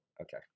Okay